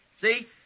See